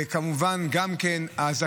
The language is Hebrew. וכמובן שאם האישור מתעכב,